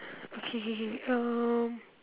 okay K K um